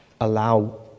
allow